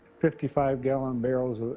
fifty five gallon barrels,